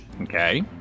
Okay